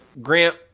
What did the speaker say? Grant